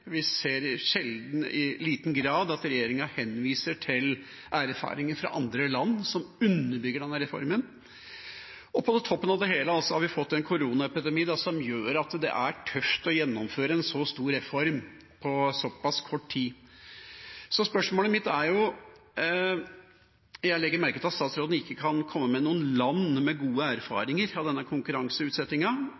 Vi ser i sjelden liten grad at regjeringa henviser til erfaringer fra andre land som underbygger denne reformen. På toppen av det hele har vi fått en koronaepidemi som gjør at det er tøft å gjennomføre en så stor reform på så pass kort tid. Jeg legger merke til at statsråden ikke kan komme med noen land med gode